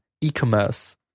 e-commerce